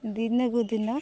ଦିନକୁ ଦିନ